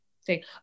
say